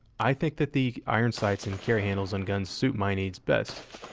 i think that the iron sights and carry handles on guns suit my needs best.